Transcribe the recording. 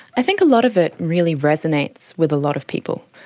i think a lot of it really resonates with a lot of people.